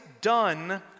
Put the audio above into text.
done